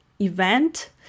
event